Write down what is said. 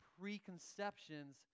preconceptions